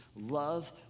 Love